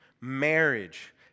marriage